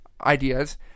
ideas